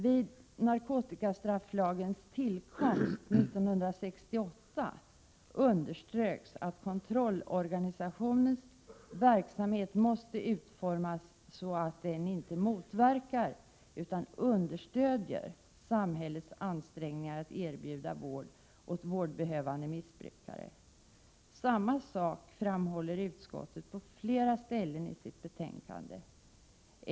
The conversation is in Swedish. Vid narkotikastrafflagens tillkomst 1968 underströks att kontrollorganisationens verksamhet måste utformas så, att den inte motverkar utan understödjer samhällets ansträngningar att erbjuda vård åt vårdbehövande missbrukare. Samma sak framhåller utskottet på flera ställen i sitt betänkande.